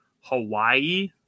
Hawaii